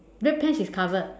red pants is covered